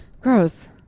Gross